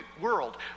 world